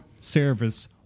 service